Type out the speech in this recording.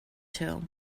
too